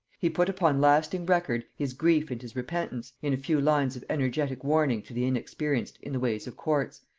he put upon lasting record his grief and his repentance, in a few lines of energetic warning to the inexperienced in the ways of courts,